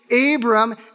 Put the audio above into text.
Abram